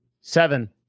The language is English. Seven